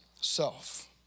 self